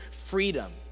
freedom